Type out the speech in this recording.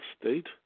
State